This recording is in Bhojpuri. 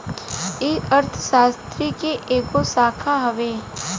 ई अर्थशास्त्र के एगो शाखा हवे